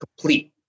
complete